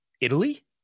Italy